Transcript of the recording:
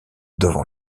devant